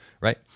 right